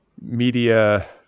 media